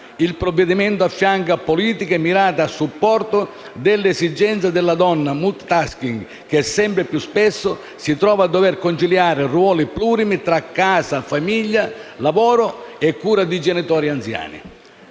Il provvedimento affianca politiche mirate a supporto delle esigenze della donna multitasking, che sempre più spesso si trova a dover conciliare ruoli plurimi tra casa, famiglia, lavoro e cura di genitori anziani.